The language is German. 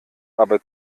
aber